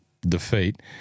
defeat